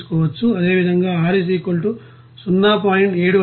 అదేవిధంగా R 0